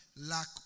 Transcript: lack